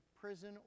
prison